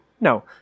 No